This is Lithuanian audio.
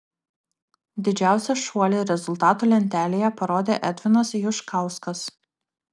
didžiausią šuolį rezultatų lentelėje parodė edvinas juškauskas